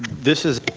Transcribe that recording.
this is.